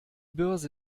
börse